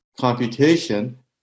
computation